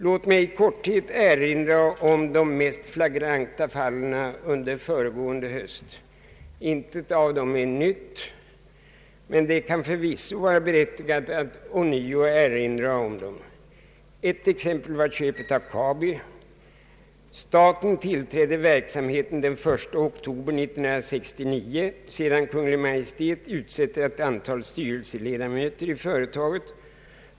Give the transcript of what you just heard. Låt mig i korthet erinra om de mest flagranta fallen under föregående höst. Inget av dem är nytt, men det kan förvisso vara berättigat att ånyo påminna om dem. Ett exempel var köpet av Kabi. Staten övertog verksamheten den 1 oktober 1969 sedan Kungl. Maj:t utsett ett antal styrelseledamöter i företaget.